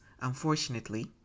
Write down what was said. Unfortunately